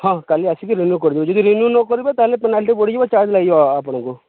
ହଁ କାଲି ଆସିକି ରିନ୍ୟୁ କରିଦିଅ ଯଦି ରିନ୍ୟୁ ନ କରିବ ତାହେଲେ ପେନାଲ୍ଟି ବଢ଼ିଯିବ ଚାର୍ଜ୍ ଲାଗିବ ଆପଣଙ୍କୁ